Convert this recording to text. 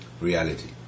reality